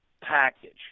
package